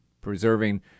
preserving